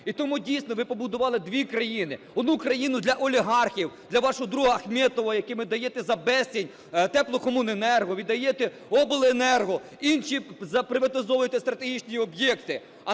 І тому, дійсно, ви побудували дві країни: одну країну - для олігархів, для вашого друга Ахметова, якому віддаєте за безцінь "Теплокомуненерго", віддаєте "Обленерго", інші приватизовуєте стратегічні об'єкти;